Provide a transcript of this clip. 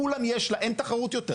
כולם יש, אין תחרות יותר.